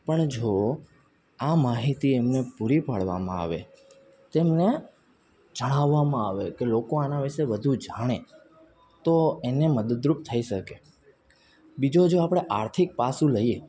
પણ જો આ માહિતી એમને પૂરી પાડવામાં આવે તેમને જણાવવામાં આવે કે લોકો આના વિશે વધુ જાણે તો એને મદદરૂપ થઈ શકે બીજો જો આપણે આર્થિક પાસું લઈએ